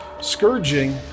Scourging